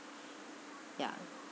yeah